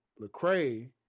Lecrae